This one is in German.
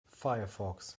firefox